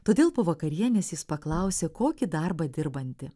todėl po vakarienės jis paklausė kokį darbą dirbanti